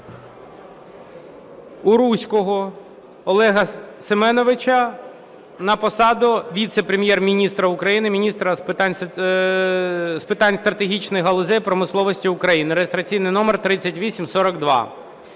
Уруського Олега Семеновича на посаду віце-прем'єр-міністра України – міністра з питань стратегічних галузей промисловості України (реєстраційний номер 3842).